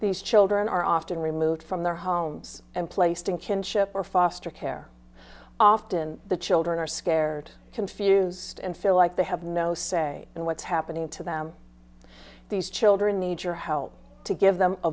these children are often removed from their homes and placed in kinship or foster care often the children are scared confused and feel like they have no say in what's happening to them these children need your help to give them a